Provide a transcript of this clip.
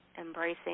embracing